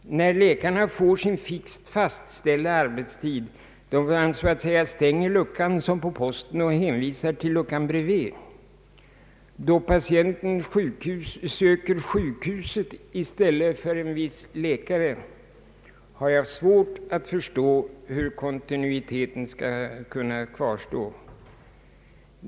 När läkarna får sin fixt fastställda arbetstid, då man så att säga stänger luckan som på posten och hänvisar till luckan bredvid, då patienten söker sjukhuset i stället för en viss läkare, har jag svårt att förstå hur kontinuiteten skall kunna kvarstå.